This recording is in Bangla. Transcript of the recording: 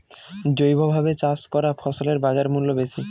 জৈবভাবে চাষ করা ফসলের বাজারমূল্য বেশি